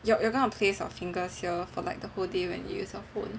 you are going to place your fingers here for like the whole day when you use your phone